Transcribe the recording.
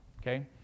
okay